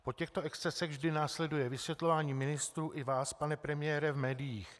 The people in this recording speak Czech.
Po těchto excesech vždy následuje vysvětlování ministrů i vás, pane premiére, v médiích.